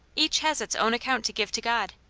each has its own account to give to god,